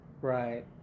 Right